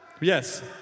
Yes